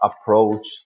approach